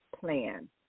plan